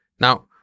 Now